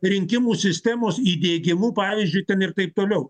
rinkimų sistemos įdiegimu pavyzdžiui ten ir taip toliau